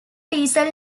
diesel